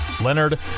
Leonard